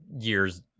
years